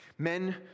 Men